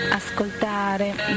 ascoltare